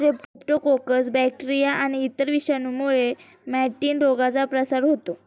Streptococcus bacteria आणि इतर विषाणूंमुळे मॅटिन रोगाचा प्रसार होतो